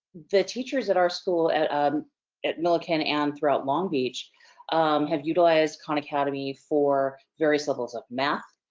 the teachers at our school at um at millikan and throughout long beach have utilized khan academy for various levels of math,